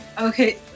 Okay